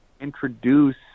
introduce